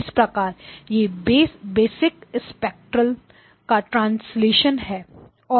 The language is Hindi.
इस प्रकार यह बेसिक स्पेक्ट्रा का ट्रांसलेशन है